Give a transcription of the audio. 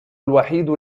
الوحيد